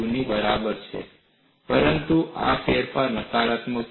ની બરાબર છે પરંતુ આ ફેરફાર નકારાત્મક છે